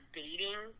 dating